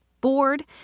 bored